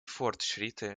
fortschritte